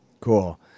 Cool